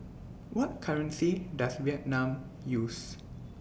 What currency Does Vietnam use